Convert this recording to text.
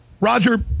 Roger